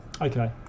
Okay